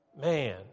Man